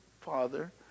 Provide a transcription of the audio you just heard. father